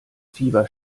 fieber